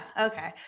Okay